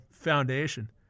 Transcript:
foundation